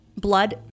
blood